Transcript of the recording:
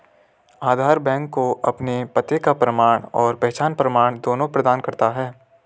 आधार bank को आपके पते का प्रमाण और पहचान प्रमाण दोनों प्रदान करता है